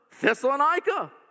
Thessalonica